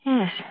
Yes